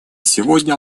сегодня